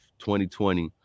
2020